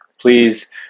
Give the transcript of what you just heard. Please